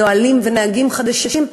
נהלים ונהגים חדשים,